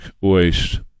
waste